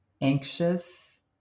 anxious